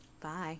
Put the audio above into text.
Bye